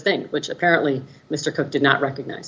things which apparently mr cook did not recognize